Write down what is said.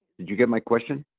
you get my question?